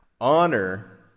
Honor